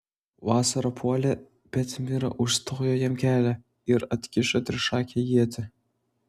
vasara puolė bet mira užstojo jam kelią ir atkišo trišakę ietį